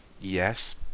Yes